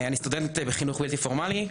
אני סטודנט בחינוך בלתי פורמלי,